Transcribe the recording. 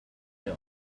hill